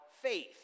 faith